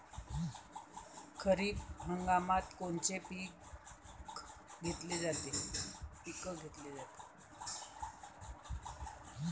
खरिप हंगामात कोनचे पिकं घेतले जाते?